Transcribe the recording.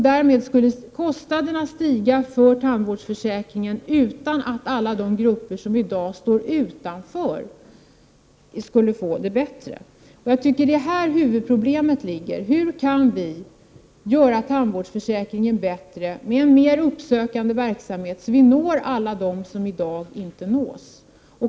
Därmed skulle kostnaderna stiga för tandvårdsförsäkringen, utan att alla de grupper som i dag står utanför skulle få det bättre. Det är här huvudproblemet ligger: Hur kan vi göra tandvårdsförsäkringen bättre med en mer uppsökande verksamhet, så att vi når alla dem som i dag inte nås?